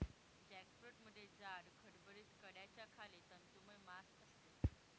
जॅकफ्रूटमध्ये जाड, खडबडीत कड्याच्या खाली तंतुमय मांस असते